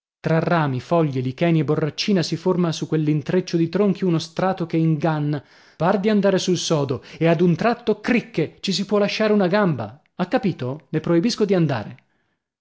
tra rami foglie licheni e borraccina si forma su quell'intreccio di tronchi uno strato che inganna par di andare sul sodo e ad un tratto cricche ci si può lasciare una gamba ha capito le proibisco di andare